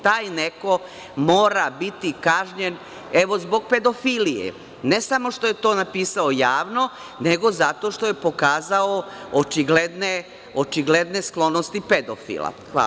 Taj neko mora biti kažnjen, evo zbog pedofilije, ne samo što je to napisao javno, nego zato što je pokazao očigledne sklonosti pedofila.